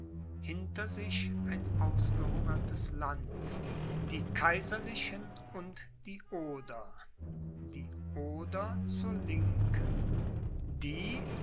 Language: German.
hinter sich ein ausgehungertes land die kaiserlichen und die oder die oder zur linken die